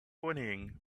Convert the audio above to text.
whinnying